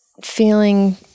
feeling